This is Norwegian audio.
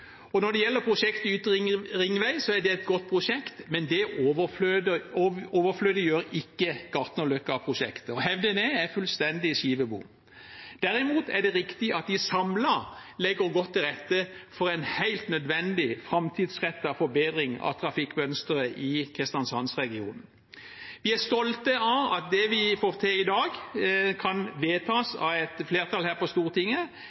Når det gjelder prosjektet Ytre ringvei, er det et godt prosjekt, men det overflødiggjør ikke Gartnerløkka-prosjektet. Å hevde det er fullstendig skivebom. Derimot er det riktig at de samlet legger godt til rette for en helt nødvendig, framtidsrettet forbedring av trafikkmønsteret i Kristiansands-regionen. Vi er stolte av at det vi får til i dag, kan vedtas av et flertall her på Stortinget.